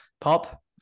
Pop